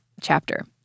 chapter